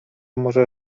może